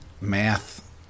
math